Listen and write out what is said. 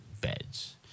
beds